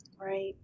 Right